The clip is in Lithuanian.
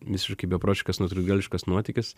visiškai beprotiškas nutrūktgalviškas nuotykis